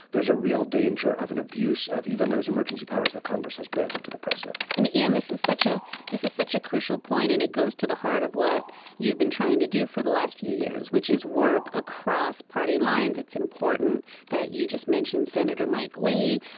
there's a real danger of an abuse of even those emergency powers that congress has granted to the president and and this is such a this is such a crucial point. and it goes to the heart of what you've been trying to do for the last few years, which is work across party lines. it's important that you just mentioned senator mike lee,